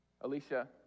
Alicia